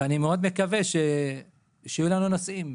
ואני מאוד מקווה שיהיו לנו נוסעים.